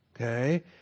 okay